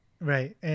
right